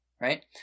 Right